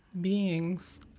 beings